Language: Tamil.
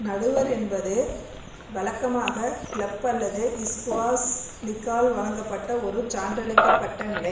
நடுவர் என்பது வழக்கமாக கிளப் அல்லது ஸ்குவாஷ் லீக்கால் வழங்கப்பட்ட ஒரு சான்றளிக்கப்பட்ட நிலை